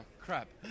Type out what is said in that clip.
crap